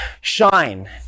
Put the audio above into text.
shine